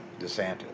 DeSantis